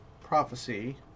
prophecy